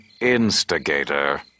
instigator